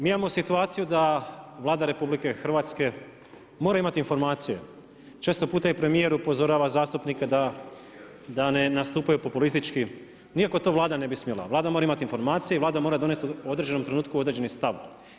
Mi imamo situaciju da Vlada RH mora imati informacije, često puta i premijer upozorava zastupnike da ne nastupaju populistički, nikako to Vlada ne bi smjela, Vlada mora imati informacije, Vlada mora donesti u određenom trenutku određeni stav.